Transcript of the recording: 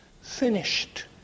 finished